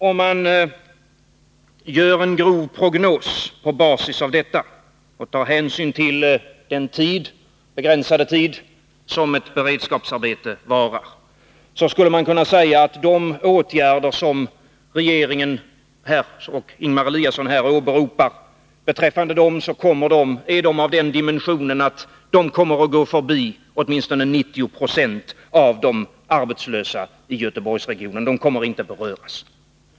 Om man gör en grov prognos på basis av detta och tar hänsyn till den begränsade tid som ett beredskapsarbete varar, skulle man kunna säga att de åtgärder som regeringen och Ingemar Eliasson här åberopar är av den dimensionen att 90 26 av de arbetslösa i Göteborgsregionen inte kommer att beröras.